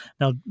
Now